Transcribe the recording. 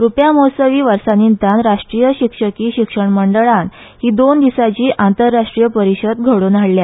रुप्यामहोत्सवी वर्सा निमतान राष्ट्रीय शिक्षकी शिक्षण मंडळान ही दोन दिसांची आंतरराष्ट्रीय परिषद घडोवन हाडल्या